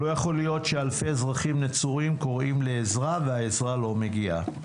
לא יכול להיות שאלפי אזרחים נצורים קוראים לעזרה והעזרה לא מגיעה.